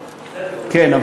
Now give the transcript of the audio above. כן,